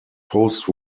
post